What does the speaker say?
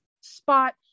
spot